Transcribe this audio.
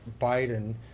Biden